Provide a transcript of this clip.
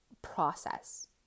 process